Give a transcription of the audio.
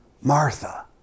Martha